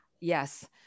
Yes